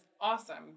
awesome